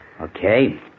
Okay